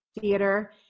theater